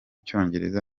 cyongereza